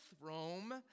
Rome